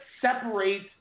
separate